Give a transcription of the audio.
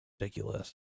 ridiculous